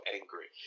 angry